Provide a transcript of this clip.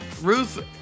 Ruth